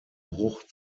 bruch